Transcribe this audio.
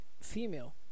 female